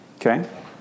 Okay